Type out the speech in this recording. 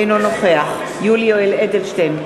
אינו נוכח יולי יואל אדלשטיין,